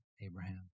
Abraham